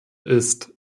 ist